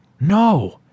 No